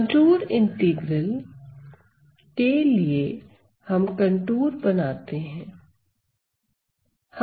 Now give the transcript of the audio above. contour integral के लिए हम कंटूर बनाते हैं